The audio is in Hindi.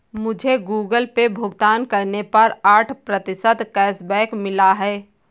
मुझे गूगल पे भुगतान करने पर आठ प्रतिशत कैशबैक मिला है